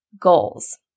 goals